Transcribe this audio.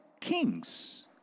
kings